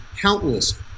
countless